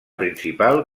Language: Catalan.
principal